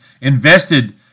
invested